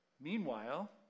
Meanwhile